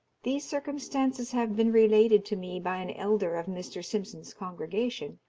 these circumstances have been related to me by an elder of mr. simpson's congregation,